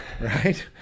Right